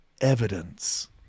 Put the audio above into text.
evidence